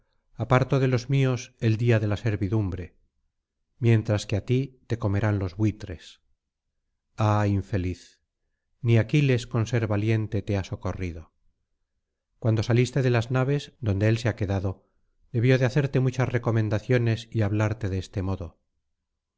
aparto de los míos el día de la servidumbre mientras que á ti te comerán los buitres ah infeliz ni aquiles con ser valiente te ha socorrido cuando saliste de las naves donde él se ha quedado debió de hacerte muchas recomendaciones y hablarte de este modo